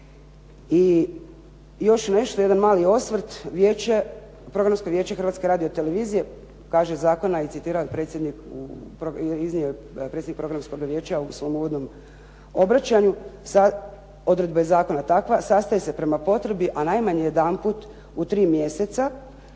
I još nešto jedan mali osvrt Programsko vijeće Hrvatske radiotelevizije, kaže zakona i citirao je predsjednik, iznio je predsjednik Programskoga vijeća u svom uvodnom obraćanju sa odredba zakona je takva, sastaje se prema potrebi, a najmanje jedanput u tri mjeseca,